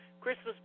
Christmas